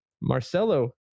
marcelo